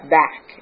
back